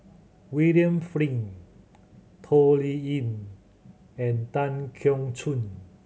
William Flint Toh Liying and Tan Keong Choon